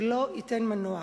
שלא ייתן מנוח.